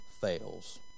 fails